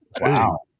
Wow